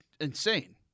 insane